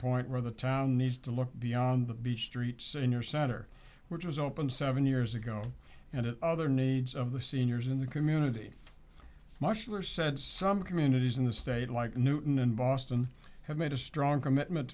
point where the town needs to look beyond the beach streets and your center which was opened seven years ago and other needs of the seniors in the community musher said some communities in the state like newton and boston have made a strong commitment